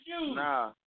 Nah